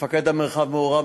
מפקד המרחב מעורב,